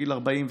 בגיל 40,